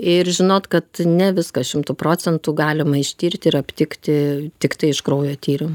ir žinot kad ne viską šimtu procentų galima ištirti ir aptikti tiktai iš kraujo tyrim